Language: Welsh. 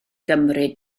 gymryd